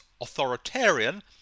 authoritarian